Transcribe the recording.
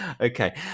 Okay